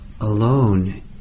alone